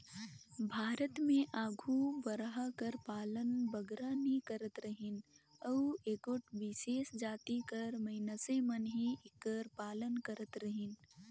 भारत में आघु बरहा कर पालन बगरा नी करत रहिन अउ एगोट बिसेस जाति कर मइनसे मन ही एकर पालन करत रहिन